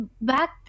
back